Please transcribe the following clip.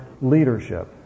leadership